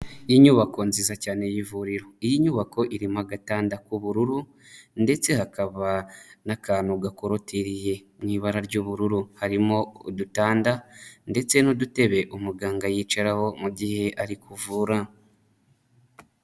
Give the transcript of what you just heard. Inyubako nziza cyane y'ivuriro iyi nyubako irimo agatanda k'ubururu ndetse hakaba n'akantu gakorotiriye mu ibara ry'ubururu, harimo udutanda ndetse n'udutebe umuganga yicaraho mu gihe ari kuvura.